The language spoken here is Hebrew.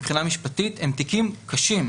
מבחינה משפטית הם תיקים קשים.